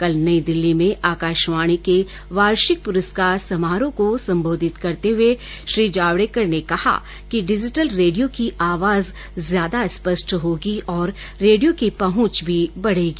कल नई दिल्ली में आकाशवाणी के वार्षिक पुरस्कार समारोह को संबोधित करते हुए श्री जावड़ेकर ने कहा कि डिजिटल रेडियो की आवाज ज्यादा स्पष्ट होगी और रेडियो की पहुंच भी बढ़ेगी